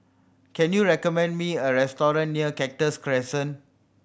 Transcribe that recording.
can you recommend me a restaurant near Cactus Crescent